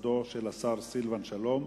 למשרדו של השר סילבן שלום.